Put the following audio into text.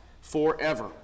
forever